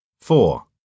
Four